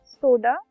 soda